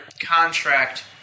contract